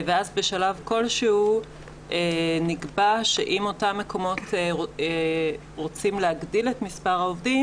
ואז בשלב כלשהו נקבע שאם אותם מקומות רוצים להגדיל את מספר העובדים,